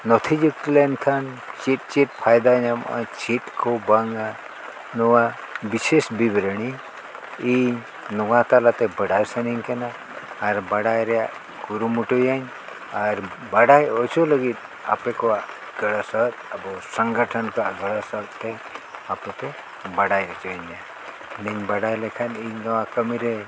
ᱱᱚᱛᱷᱤ ᱡᱩᱛ ᱞᱮᱱᱠᱷᱟᱱ ᱪᱮᱫ ᱪᱮᱫ ᱯᱷᱟᱭᱫᱟ ᱧᱟᱢᱚᱜᱼᱟ ᱪᱮᱫ ᱠᱚ ᱵᱟᱝᱼᱟ ᱱᱚᱣᱟ ᱵᱤᱥᱮᱥ ᱵᱤᱵᱚᱨᱚᱱᱤ ᱤᱧ ᱱᱚᱣᱟ ᱛᱟᱞᱟᱛᱮ ᱵᱟᱰᱟᱭ ᱥᱟᱱᱟᱧ ᱠᱟᱱᱟ ᱟᱨ ᱵᱟᱰᱟᱭ ᱨᱮᱭᱟᱜ ᱠᱩᱨᱩᱢᱩᱴᱩᱭᱟᱹᱧ ᱟᱨ ᱵᱟᱰᱟᱭ ᱦᱚᱪᱚ ᱞᱟᱹᱜᱤᱫ ᱟᱯᱮ ᱠᱚᱣᱟᱜ ᱜᱚᱲᱚ ᱥᱚᱦᱚᱫ ᱟᱵᱚ ᱥᱚᱝᱜᱚᱴᱷᱚᱱ ᱠᱚᱣᱟᱜ ᱜᱚᱲᱚᱥᱚᱦᱚᱫᱼᱛᱮ ᱟᱯᱮᱯᱮ ᱵᱟᱰᱟᱭ ᱦᱚᱪᱚᱧᱟ ᱤᱧ ᱵᱟᱰᱟᱭ ᱞᱮᱠᱷᱟᱱ ᱤᱧ ᱱᱚᱣᱟ ᱠᱟᱹᱢᱤᱨᱮ